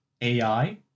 AI